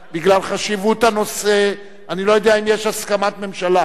הצעת חוק חובת נשיאת תג זיהוי והזדהות של עובד ציבור,